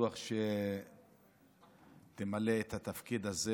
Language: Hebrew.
בטוח שתמלא את התפקיד הזה